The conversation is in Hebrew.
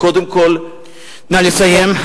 נא לסיים.